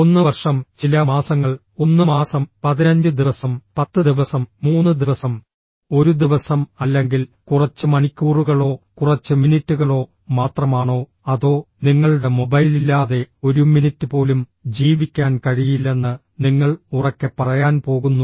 1 വർഷം ചില മാസങ്ങൾ 1 മാസം 15 ദിവസം 10 ദിവസം 3 ദിവസം ഒരു ദിവസം അല്ലെങ്കിൽ കുറച്ച് മണിക്കൂറുകളോ കുറച്ച് മിനിറ്റുകളോ മാത്രമാണോ അതോ നിങ്ങളുടെ മൊബൈൽ ഇല്ലാതെ ഒരു മിനിറ്റ് പോലും ജീവിക്കാൻ കഴിയില്ലെന്ന് നിങ്ങൾ ഉറക്കെ പറയാൻ പോകുന്നു